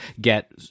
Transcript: get